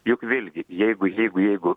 juk vėlgi jeigu jeigu jeigu